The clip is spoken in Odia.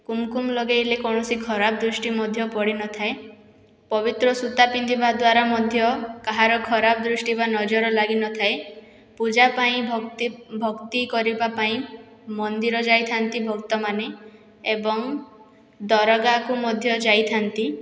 କୁମକୁମ ଲଗେଇଲେ କୌଣସି ଖରାପ ଦୃଷ୍ଟି ମଧ୍ୟ ପଡ଼ିନଥାଏ ପବିତ୍ର ସୁତା ପିନ୍ଧିବା ଦ୍ୱାରା ମଧ୍ୟ କାହାର ଖରାପ ଦୃଷ୍ଟି ବା ନଜର ଲାଗିନଥାଏ ପୂଜାପାଇଁ ଭକ୍ତି କରିବାପାଇଁ ମନ୍ଦିର ଯାଇଥାଆନ୍ତି ଭକ୍ତମାନେ ଏବଂ ଦରଘାକୁ ମଧ୍ୟ ଯାଇଥାଆନ୍ତି